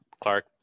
Clark